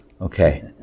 Okay